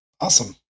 Awesome